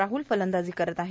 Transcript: राहूल फलंदाजी करत आहेत